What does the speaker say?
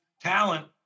talent